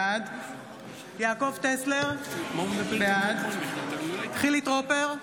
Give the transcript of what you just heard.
בעד יעקב טסלר, בעד חילי טרופר,